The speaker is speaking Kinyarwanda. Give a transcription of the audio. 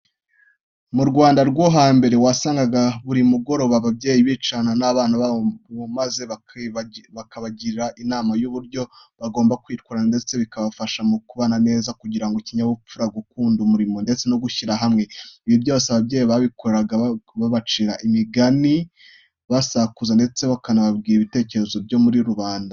Mu Rwanda rwo hambere, wasangaga buri mugoroba ababyeyi bicarana n'abana babo maze bakabagira inama y'uburyo bagomba kwitwara ndetse bikabafasha mu kubana neza, kugira ikinyabupfura, gukunda umurimo ndetse no gushyira hamwe. Ibi byose ababyeyi babikoraga babacira imigani, babasakuza ndetse bakanababwira ibitekerezo byo muri rubanda.